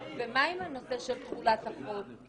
מה עם הנושא של תחילת החוק.